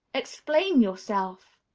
explain yourself!